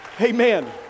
amen